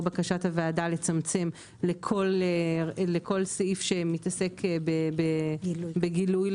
בקשת הוועדה לצמצם לכל סעיף שמתעסק בגילוי,